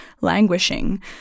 languishing